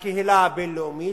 בקהילה הבין-לאומית,